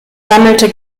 sammelte